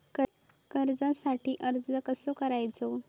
कर्जासाठी अर्ज कसो करायचो?